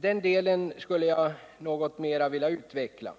länder. Jag skulle något närmare vilja utveckla resonemanget på den punkten.